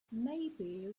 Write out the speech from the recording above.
maybe